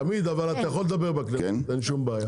תמיד, אבל אתה יכול לדבר בכנסת, אין שום בעיה.